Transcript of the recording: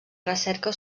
recerca